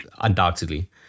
undoubtedly